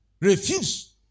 refuse